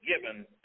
given